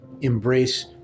embrace